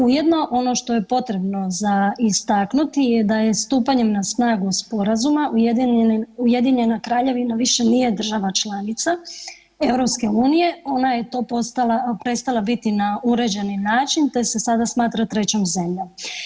Ujedno ono što je potrebno za istaknuti je da je stupanjem na snagu sporazuma Ujedinjena Kraljevina više nije država članica EU, ona je to postala, prestala biti na uređeni način, te se sada smatra trećom zemljom.